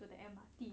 to the M_R_T